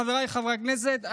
חבריי חברי הכנסת,